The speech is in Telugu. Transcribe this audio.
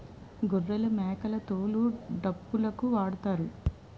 గొర్రెలమేకల తోలు డప్పులుకు వాడుతారు